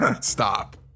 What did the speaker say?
Stop